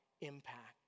impact